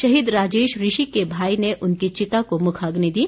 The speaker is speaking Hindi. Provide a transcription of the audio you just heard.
शहीद राजेश ऋषि के भाई ने उनकी चिता को मुखाग्नि दी